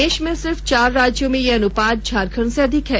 देश में सिर्फ चार राज्यों में यह अनुपात झारखंड से अधिक है